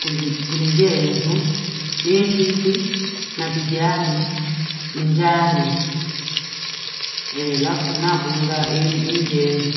Kuni kulenjeesu niitifi nakijaani njaanu eh nafu na kunda injeezu